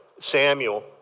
Samuel